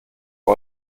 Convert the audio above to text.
das